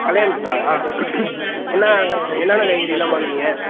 கல்யாணத்துக்கா என்ன என்னென்ன காய்கறிலாம் பார்க்குறிங்க